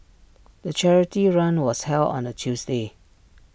the charity run was held on A Tuesday